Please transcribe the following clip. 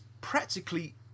practically